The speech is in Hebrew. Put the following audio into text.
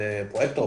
והפרויקטור,